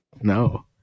No